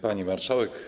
Pani Marszałek!